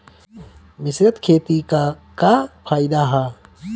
मिश्रित खेती क का फायदा ह?